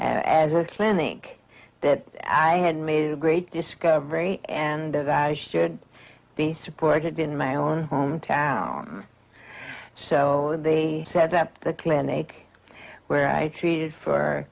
as a clinic that i had made a great discovery and should be supported in my own home town so they set up the clinic where i treated for